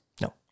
No